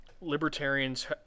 libertarians